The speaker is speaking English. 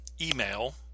email